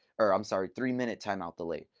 or, i'm sorry, three minute timeout delay.